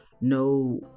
no